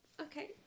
okay